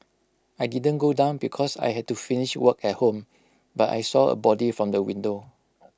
I didn't go down because I had to finish work at home but I saw A body from the window